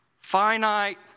finite